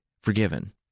forgiven